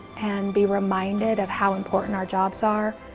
and be reminded of how important our jobs are,